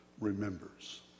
remembers